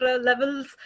levels